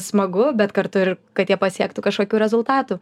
smagu bet kartu ir kad jie pasiektų kažkokių rezultatų